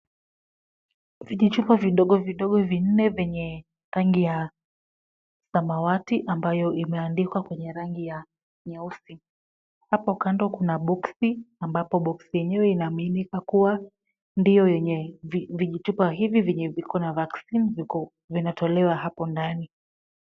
Vijichupa vidogo vidogo vinne vyenye rangi ya samawati, ambayo imeandikwa kwenye rangi ya nyeusi. Hapo kando kuna boksi ambapo boksi yenyewe inaaminika kuwa ndiyo yenye vijichupa hivi vyenye viko na vaccine vinatolewa hapo ndani.